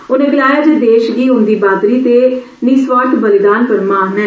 उने गलाया जे देश गी उन्दी बहाद्री ते निस्वार्थ बलिदान पर मान ऐ